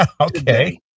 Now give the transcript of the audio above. Okay